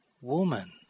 Woman